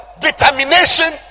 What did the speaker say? determination